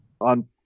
on